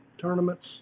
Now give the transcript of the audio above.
tournaments